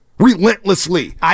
Relentlessly